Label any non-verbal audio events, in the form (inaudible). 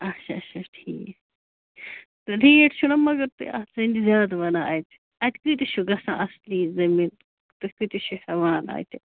اچھا اچھا ٹھیٖک تہٕ ریٹ چھِو نہ مگر تُہۍ اَتھ (unintelligible) زیادٕ وَنان اَتہِ اَتہِ کۭتِس چھُ گَژھان اصلی زٔمیٖن تُہۍ کۭتِس چھِو ہٮ۪وان اَتہِ